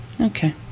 Okay